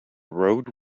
road